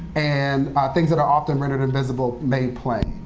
and things that are often rendered invisible made plain.